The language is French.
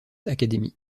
academy